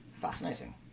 Fascinating